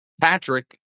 Patrick